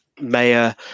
mayor